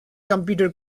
computer